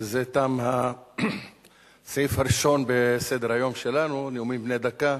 בזה תם הסעיף הראשון בסדר-היום שלנו: נאומים בני דקה,